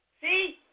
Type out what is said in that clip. See